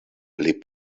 pli